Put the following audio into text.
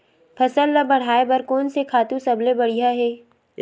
फसल ला बढ़ाए बर कोन से खातु सबले बढ़िया हे?